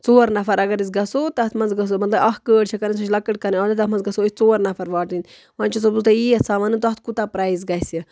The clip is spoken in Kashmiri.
ژور نَفر اگر أسۍ گژھو تَتھ منٛز گژھَو مطلب اَکھ گٲڑۍ چھَِ کَرٕنۍ سُہ چھےٚ لۄکٕٹ کَرٕںۍ آ تَتھ منٛز گژھو أسۍ ژور نَفر واٹٕنۍ وۄنۍ چھَسو بہ تۄہہ یی یژھان وَنُن تَتھ کوٗتاہ پرٛایِز گژھِ